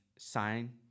sign